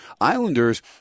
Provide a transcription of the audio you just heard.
Islanders